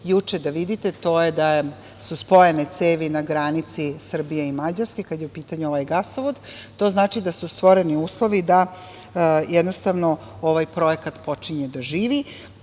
juče da vidite to je da su spojene cevi na granici Srbije i Mađarske, kada je u pitanju ovaj gasovod. To znači da su stvoreni uslovi da ovaj projekat počinje da živi. Ono